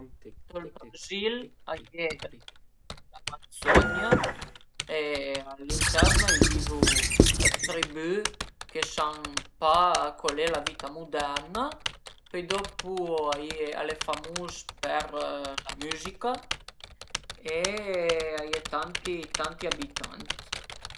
La mia bevanda preferìa al e ël te al limun e a ven fait cun la cun 'na büstin-a che büte ën l'eva cauda e pöi apres ch'al e sürtìe fora tüt ël contenü d'la büstin-a i bütu 'na fëtin-a dë limun ëndrinta për deie ël güst